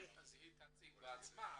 אז היא תציג בעצמה,